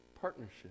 partnership